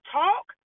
talk